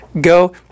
go